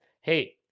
Hey